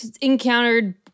encountered